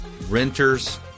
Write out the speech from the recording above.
renters